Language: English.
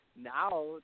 Now